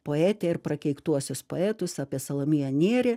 poetę ir prakeiktuosius poetus apie salomėją nėrį